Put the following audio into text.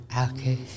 Okay